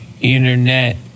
internet